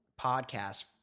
podcast